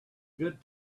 good